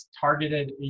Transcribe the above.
targeted